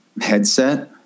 headset